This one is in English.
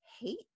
hate